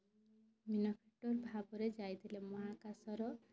ଭାବରେ ଯାଇଥିଲେ ମହାକାଶର